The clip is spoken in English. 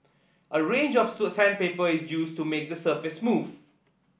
a range of sandpaper is used to make the surface smooth